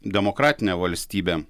demokratinė valstybė